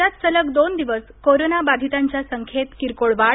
राज्यात सलग दोन दिवस कोरोनाबाधितांच्या संख्येत किरकोळ वाढ